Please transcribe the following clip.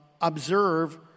observe